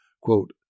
Quote